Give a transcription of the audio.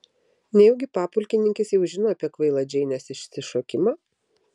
nejaugi papulkininkis jau žino apie kvailą džeinės išsišokimą